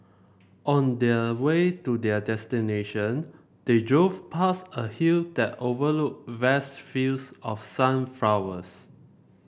on the way to their destination they drove past a hill that overlooked vast fields of sunflowers